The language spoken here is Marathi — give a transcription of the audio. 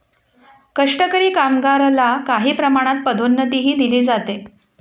कष्टकरी कामगारला काही प्रमाणात पदोन्नतीही दिली जाते